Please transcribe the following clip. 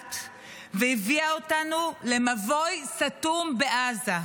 מוחלט והביאה אותנו למבוי סתום בעזה.